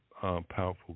powerful